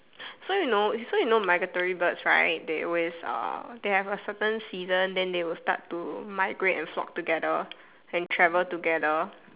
so you know so you know migratory birds right they always uh they have a certain season then they will start to migrate and flock together and travel together